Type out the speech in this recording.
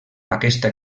aquesta